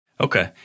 Okay